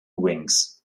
wings